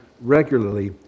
regularly